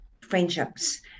friendships